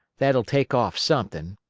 that'll take off something.